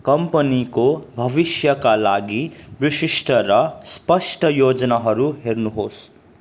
कम्पनीको भविष्यका लागि विशिष्ट र स्पष्ट योजनाहरू हेर्नुहोस्